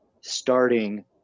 starting